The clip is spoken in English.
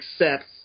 accepts